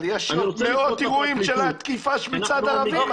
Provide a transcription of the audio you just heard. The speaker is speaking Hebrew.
אבל יש מאות תעודים של תקיפה מצד ערבים,